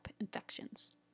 infections